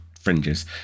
fringes